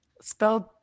Spelled